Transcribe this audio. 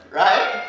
right